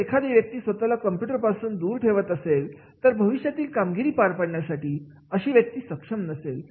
जर एखादी व्यक्ती स्वतःला कंप्यूटर पासून दूर ठेवत असेल तर भविष्यातील कामगिरी पार पाडण्यासाठी अशी व्यक्ती सक्षम नसेल